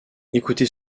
écoutez